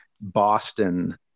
Boston